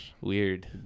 Weird